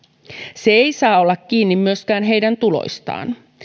se ei saa olla kiinni myöskään heidän tuloistaan